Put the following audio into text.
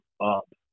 up